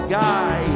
guy